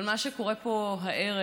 אבל מה שקורה פה הערב